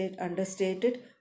understated